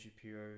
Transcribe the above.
Shapiro